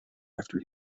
after